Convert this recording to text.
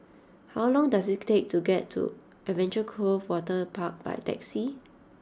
how long does it take to get to Adventure Cove Waterpark by taxi